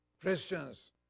Christians